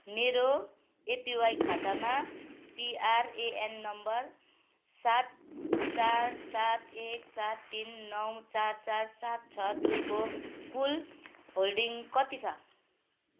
मेरो एपिवाई खातामा PRAN number सात चार सात एक सात तिन नौ चार चार सात छ दुईको कुल होल्डिङ कति छ